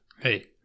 Hey